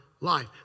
life